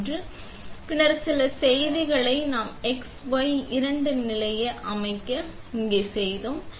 மற்றும் பின்னர் சில செய்திகளை நாம் x y இரண்டு நிலையை அமைக்க நாம் என்ன செய்தோம்